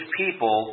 people